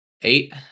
Eight